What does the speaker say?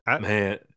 Man